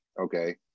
okay